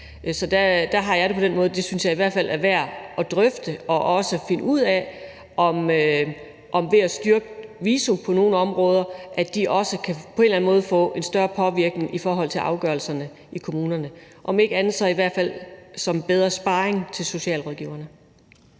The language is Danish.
at det synes jeg i hvert fald er værd at drøfte og også at finde ud af, om man kan styrke VISO på nogle områder, så de på en eller anden måde kan få en større påvirkning i forhold til afgørelserne i kommunerne – om ikke på anden måde så i hvert fald i form af bedre sparring til socialrådgiverne.